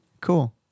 cool